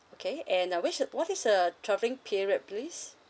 okay and uh which what is the travelling period please